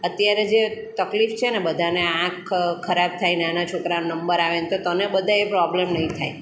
અત્યારે જે તકલીફ છે ને બધાને આંખ ખરાબ થાય નાના છોકરાને નંબર આવે ને તો તને બધા એ પ્રોબલમ નહીં થાય